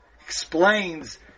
explains